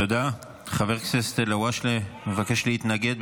תודה, חבר הכנסת אלהואשלה מבקש להתנגד.